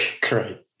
great